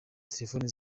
telefoni